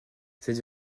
cette